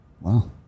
Wow